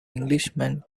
englishman